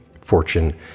fortune